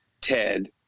Ted